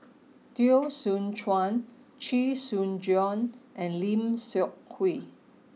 Teo Soon Chuan Chee Soon Juan and Lim Seok Hui